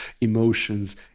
emotions